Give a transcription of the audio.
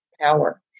power